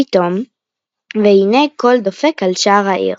פתאום – והנה קול דופק על שער העיר.